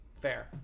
Fair